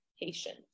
patience